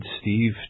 Steve